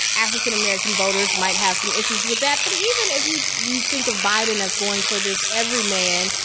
african american voters might have some issues with that. but even if you you think of biden as going for this every man,